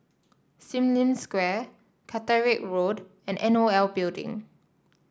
Sim Lim Square Caterick Road and N O L Building